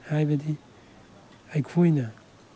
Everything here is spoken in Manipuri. ꯍꯥꯏꯕꯗꯤ ꯑꯩꯈꯣꯏꯅ